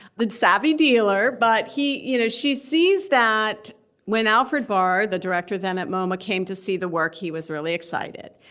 the savvy dealer. but he you know she sees that when alfred barr, the director then at moma, came to see the work, he was really excited.